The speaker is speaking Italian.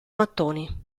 mattoni